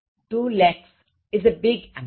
Two lakhs is a big amount